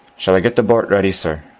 shall i get the bort ready, sir?